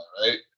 right